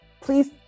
Please